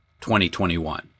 2021